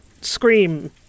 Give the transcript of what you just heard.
scream